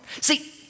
See